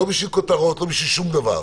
לא בשביל כותרות ולא בשביל שום דבר.